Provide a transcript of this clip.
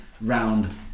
round